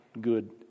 good